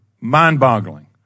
mind-boggling